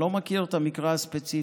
אני לא מכיר את המקרה הספציפי,